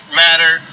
matter